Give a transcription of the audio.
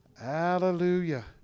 Hallelujah